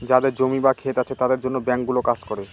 যাদের জমি বা ক্ষেত আছে তাদের জন্য ব্যাঙ্কগুলো কাজ করে